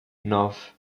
nove